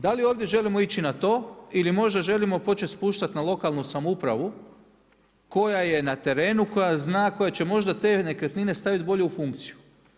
Da li ovdje želimo ići na to ili možda želimo početi spuštati na lokalnu samoupravu, koja je na terenu, koja zna, koja će možda te nekretnine staviti bolje u funkciju.